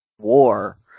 war